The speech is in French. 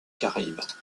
caraïbes